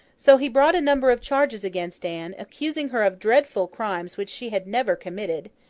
so, he brought a number of charges against anne, accusing her of dreadful crimes which she had never committed,